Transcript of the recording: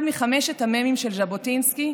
אחד מחמשת המ"מים של ז'בוטינסקי,